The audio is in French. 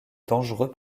dangereux